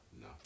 no